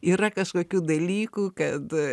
yra kažkokių dalykų kad